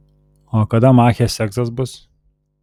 o kada machės egzas bus